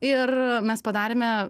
ir mes padarėme